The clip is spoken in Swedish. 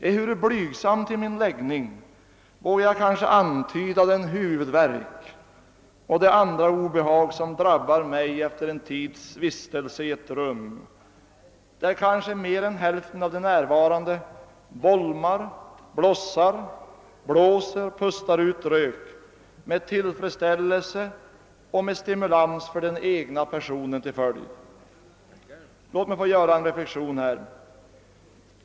Ehuru blygsam till min läggning vågar jag kanske antyda den huvudvärk och de andra obehag, som drabbar mig efter en tids vistelse i ett rum, där kanske mer än hälften av de närvarande bolmar, blossar, blåser och pustar ut rök med tillfredsställelse och med stimulans för den egna personen som följd. Låt mig göra en reflexion i detta sammanhang.